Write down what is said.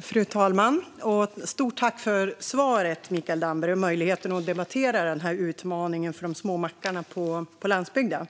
Fru talman! Stort tack för svaret, Mikael Damberg, och för möjligheten att debattera utmaningen för de små mackarna på landsbygden!